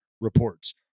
reports